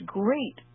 great